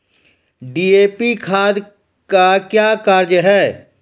DAP खाद का क्या कार्य हैं?